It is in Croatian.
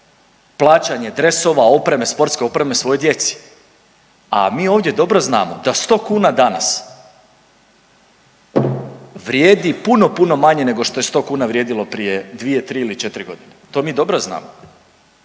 plaćanje dresova, opreme, sportske opreme svojoj djeci. A mi ovdje dobro znamo da 100 kuna danas vrijedi puno, puno manje nego što je 100 kuna vrijedilo prije 2, 3 ili 4 godine to mi dobro znamo.